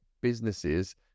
businesses